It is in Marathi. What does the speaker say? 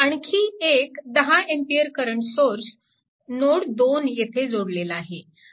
आणखी एक 10A करंट सोर्स नोड 2 येथे जोडलेला आहे